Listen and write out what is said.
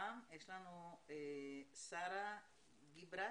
שרה גיבראט.